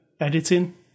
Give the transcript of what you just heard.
editing